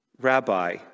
rabbi